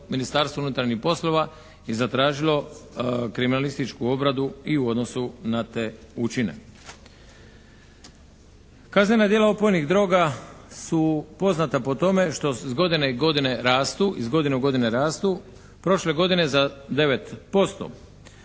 Ministarstvu unutarnjih poslova i zatražilo kriminalističku obradu i u odnosu na te učine. Kaznena djela opojnih droga su poznata po tome što iz godine u godinu rastu. Prošle godine za 9%.